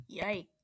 Yikes